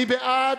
מי בעד?